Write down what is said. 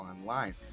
Online